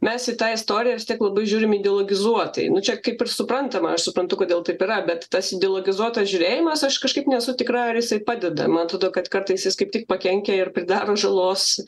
mes į tą istoriją vis tiek labai žiūrim ideologizuotai nu čia kaip ir suprantama aš suprantu kodėl taip yra bet tas ideologizuotas žiūrėjimas aš kažkaip nesu tikra jisai padeda man atrodo kad kartais jis kaip tik pakenkia ir pridaro žalos